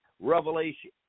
revelation